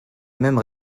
même